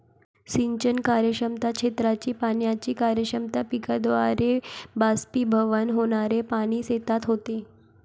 सिंचन कार्यक्षमता, क्षेत्राची पाण्याची कार्यक्षमता, पिकाद्वारे बाष्पीभवन होणारे पाणी शेतात होते